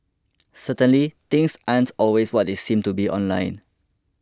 certainly things aren't always what they seem to be online